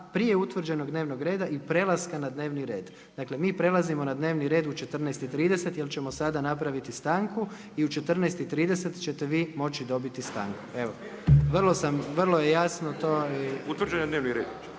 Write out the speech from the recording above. prije utvrđenog dnevnog reda i prelaska na dnevni red. Dakle, mi prelazimo na dnevni red u 14,30 jer ćemo sada napraviti stanku i u 14,30 ćete vi moći dobiti stanku. Evo, vrlo je jasno to i. **Bulj, Miro